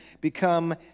become